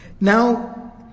Now